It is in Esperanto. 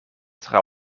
tra